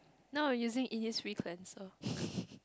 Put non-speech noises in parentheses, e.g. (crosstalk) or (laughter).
now I'm using Innisfree cleanser (laughs)